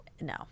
no